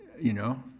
you know,